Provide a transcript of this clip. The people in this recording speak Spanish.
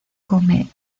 come